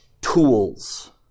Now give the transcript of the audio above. tools